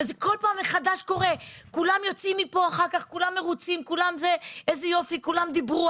כל פעם מחדש קורה שיוצאים מפה מרוצים ממה שדברו,